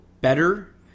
better